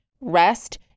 rest